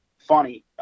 Funny